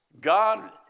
God